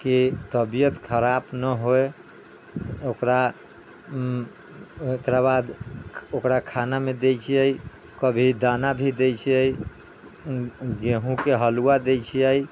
की तबियत खराब नहि होइ ओकरा ओकरा बाद ओकरा खानामे दै छियै कभी दाना भी दै छियै गेहूँके हलुआ दै छियै